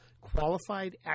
qualified